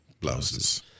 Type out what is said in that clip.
Blouses